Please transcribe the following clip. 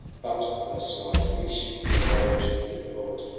but the slight leash their rage withheld.